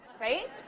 Right